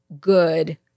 good